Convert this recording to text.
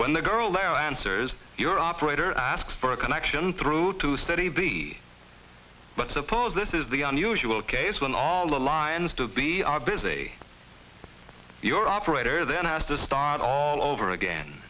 when the girl answers your operator ask for a connection through to study b but suppose this is the unusual case when all the lines to be are busy your operator then has to start all over again